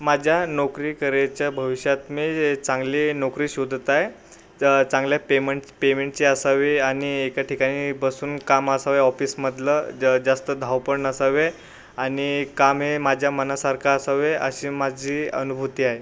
माझ्या नोकरीकडेच्या भविष्यात मी एक चांगली नोकरी शोधत आहे चांगल्या पेमंट पेमेंटची असावी आणि एका ठिकाणी बसून काम असावे ऑफिसमधलं ज जास्त धावपळ नसावी आणि काम हे माझ्या मनासारखं असावे अशी माझी अनुभूती आहे